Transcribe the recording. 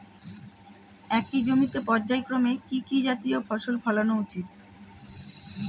একই জমিতে পর্যায়ক্রমে কি কি জাতীয় ফসল ফলানো উচিৎ?